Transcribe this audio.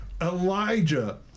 elijah